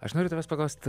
aš noriu tavęs paklaust